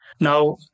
Now